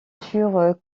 furent